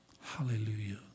Hallelujah